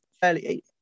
fairly